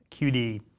QD